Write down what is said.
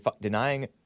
Denying